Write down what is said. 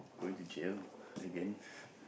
going to jail again